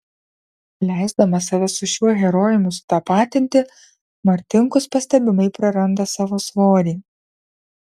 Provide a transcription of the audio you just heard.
leisdamas save su šiuo herojumi sutapatinti martinkus pastebimai praranda savo svorį